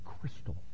crystal